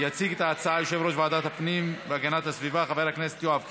יציג את ההצעה יושב-ראש ועדת הפנים והגנת הסביבה חבר הכנסת יואב קיש.